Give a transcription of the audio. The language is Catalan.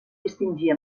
distingir